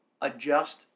adjust